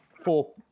four